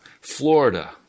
Florida